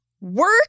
work